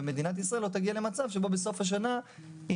ומדינת ישראל לא תגיע למצב שבו בסוף השנה היא